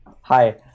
Hi